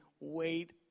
wait